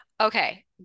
okay